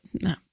No